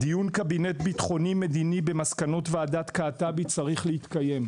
דיון קבינט ביטחוני-מדיני במסקנות ועדת קעטבי צריך להתקיים.